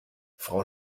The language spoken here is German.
frau